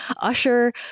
usher